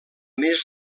més